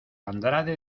andrade